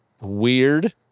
weird